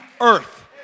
earth